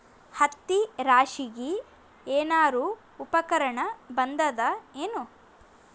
ಹತ್ತಿ ರಾಶಿಗಿ ಏನಾರು ಉಪಕರಣ ಬಂದದ ಏನು?